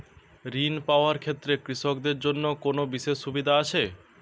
ঋণ পাওয়ার ক্ষেত্রে কৃষকদের জন্য কোনো বিশেষ সুবিধা আছে?